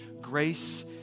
grace